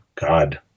God